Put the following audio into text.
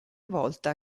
volta